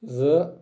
زٕ